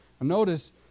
Notice